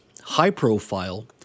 high-profile